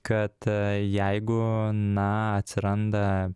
kad jeigu na atsiranda